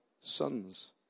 sons